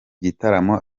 gitaramo